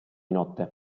notte